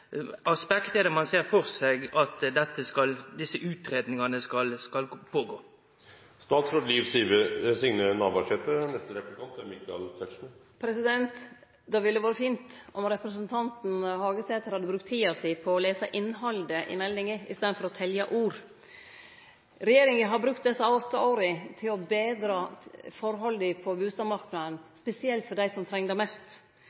til Stortinget? Treng ein fire, åtte eller tolv år? Kva slags tidsaspekt er det ein ser for seg for utgreiingane? Det hadde vore fint om representanten Hagesæter hadde brukt tida si på å lese innhaldet i meldinga, i staden for å telje ord. Regjeringa har brukt desse åtte åra til å betre forholda på bustadmarknaden, spesielt for dei som treng det mest.